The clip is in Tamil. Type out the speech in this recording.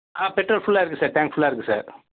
ஆ பெட்ரோல் ஃபுல்லாக இருக்கு சார் டேங்க் ஃபுல்லாக இருக்கு சார்